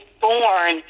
born